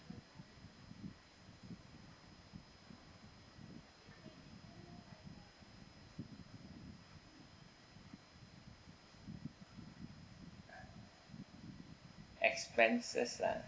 expenses lah